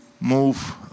move